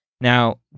Now